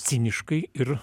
ciniškai ir